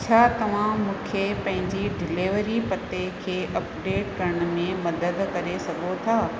छा तव्हां मूंखे पंहिंजे डिलेवरी पते खे अपडेट करण में मदद करे सघो था